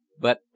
But